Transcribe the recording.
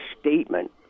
statement